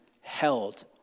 held